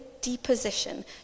deposition